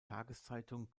tageszeitung